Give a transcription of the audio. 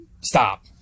stop